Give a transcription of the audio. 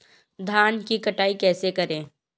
धान की कटाई कैसे करें?